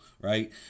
right